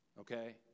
Okay